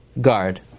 guard